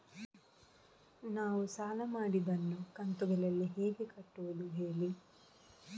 ನಾವು ಸಾಲ ಮಾಡಿದನ್ನು ಕಂತುಗಳಲ್ಲಿ ಹೇಗೆ ಕಟ್ಟುದು ಹೇಳಿ